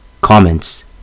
COMMENTS